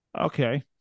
Okay